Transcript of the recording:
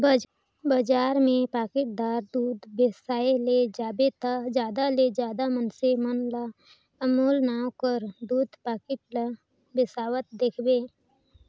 बजार में पाकिटदार दूद बेसाए ले जाबे ता जादा ले जादा मइनसे मन ल अमूल नांव कर दूद पाकिट ल बेसावत देखबे